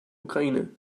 ukraine